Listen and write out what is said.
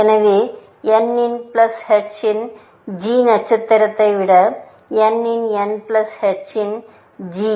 எனவே n இன் plus h இன் g நட்சத்திரத்தை விட n இன் n பிளஸ் h இன் g